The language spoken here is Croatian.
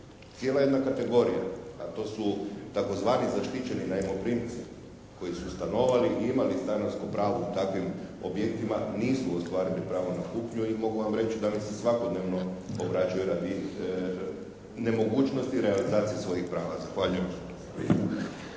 Cijela jedna kategorija, a to su tzv. zaštićeni najmoprimci koji su stanovali i imali stanarsko pravo u takvim objektima nisu ostvarili pravo na kupnju i mogu vam reći da mi se svakodnevno obraćaju radi nemogućnosti realizacije svojih prava. Zahvaljujem.